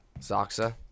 Zaxa